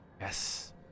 yes